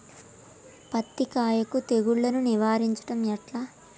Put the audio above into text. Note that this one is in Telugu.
పత్తి కాయకు తెగుళ్లను నివారించడం ఎట్లా?